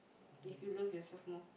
if you love yourself more